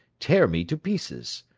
tear me to pieces.